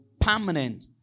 permanent